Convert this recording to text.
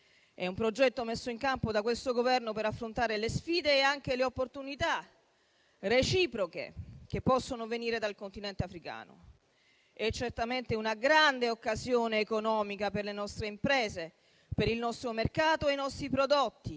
è un progetto messo in campo da questo Governo per affrontare le sfide e anche le opportunità reciproche che possono venire dal Continente africano. È certamente una grande occasione economica per le nostre imprese, per il nostro mercato e i nostri prodotti.